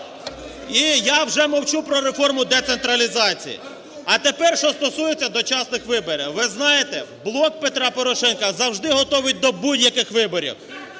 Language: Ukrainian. І я вже мовчу про реформу децентралізації. А тепер що стосується дочасних виборів. Ви знаєте, "Блок Петра Порошенка" завжди готовий до будь-яких виборів: